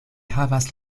havas